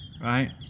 Right